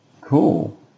cool